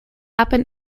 happen